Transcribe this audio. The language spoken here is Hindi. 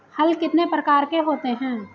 हल कितने प्रकार के होते हैं?